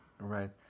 right